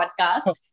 podcast